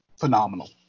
phenomenal